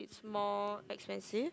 it's more expensive